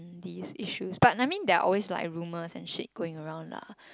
these issues but I mean there are always like rumors and shit going around lah